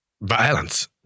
violence